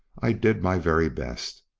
i did my very best.